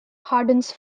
hardens